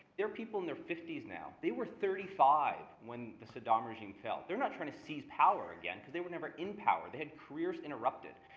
they're people in their fifty s now. they were thirty five when saddam regime fell. they're not trying to seize power again, because they were never in power. they had careers interrupted.